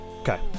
Okay